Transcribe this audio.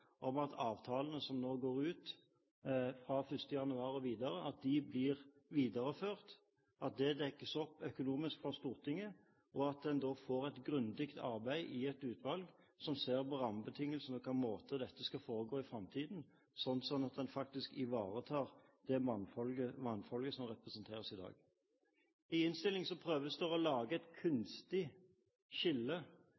om at avtalene som nå går ut fra 1. januar og videre, blir videreført, at det dekkes opp økonomisk fra Stortinget, og at en da får et grundig arbeid i et utvalg som ser på rammebetingelsene, og på hvilken måte dette skal foregå i framtiden, slik at en faktisk ivaretar det mangfoldet som er representert i dag. I innstillingen prøver en å lage et